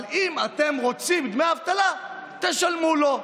אבל אם אתם רוצים דמי אבטלה תשלמו לו.